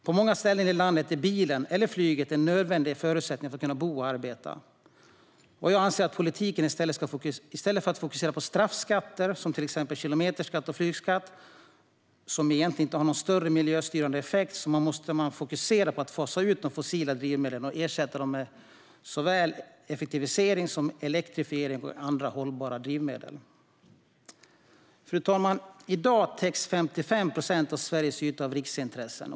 På många ställen i landet är bilen eller flyget nödvändiga förutsättningar för att kunna bo och arbeta. Jag anser att politiken, i stället för att fokusera på straffskatter som till exempel kilometerskatt och flygskatt som egentligen inte har någon större miljöstyrande effekt, måste fokusera på att fasa ut de fossila drivmedlen och ersätta dem med såväl effektivisering som elektrifiering och andra hållbara drivmedel. Fru talman! I dag täcks 55 procent av Sveriges yta av riksintressen.